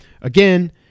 Again